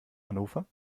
hannover